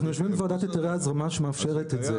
אנחנו יושבים בוועדת היתרי הזרמה שמאפשרת את זה.